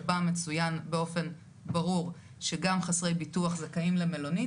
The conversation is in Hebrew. שבו מצויין באופן ברור שגם חסרי ביטוח זכאים למלונית,